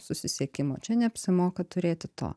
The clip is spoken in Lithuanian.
susisiekimo čia neapsimoka turėti to